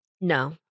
No